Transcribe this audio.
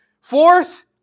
Fourth